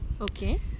okay